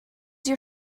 your